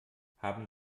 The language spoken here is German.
haben